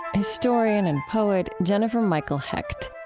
historian and poet jennifer michael hecht